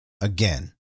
again